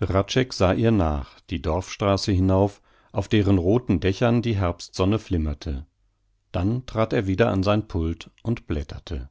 hradscheck sah ihr nach die dorfstraße hinauf auf deren rothen dächern die herbstsonne flimmerte dann trat er wieder an sein pult und blätterte